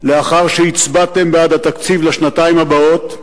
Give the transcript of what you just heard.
לאחר שהצבעתם בעד התקציב לשנתיים הבאות,